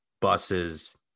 buses